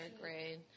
grade